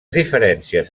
diferències